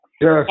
Yes